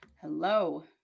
Hello